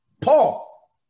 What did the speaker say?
Paul